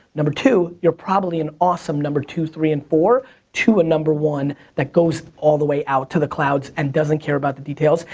number two, you're probably an awesome number two, three, and four to a number one that goes all the way out to the clouds and doesn't care about the details,